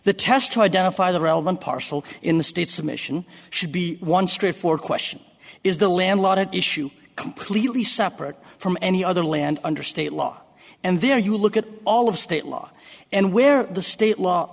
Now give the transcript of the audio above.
the test to identify the relevant parcel in the state submission should be one straightforward question is the land lot of issue completely separate from any other land under state law and there you look at all of state law and where the state law